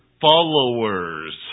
followers